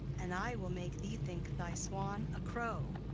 and i will make thee think thy swan a crow.